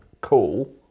cool